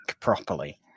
properly